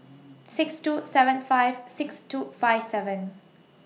six two seven five six two five seven